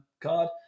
card